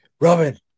robin